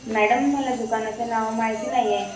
madam मला दुकानाचं नाव माहिती नाही आहे